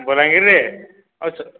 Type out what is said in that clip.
ବଲାଙ୍ଗୀର୍ରେ ଅଛେ